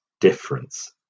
difference